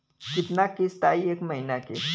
कितना किस्त आई एक महीना के?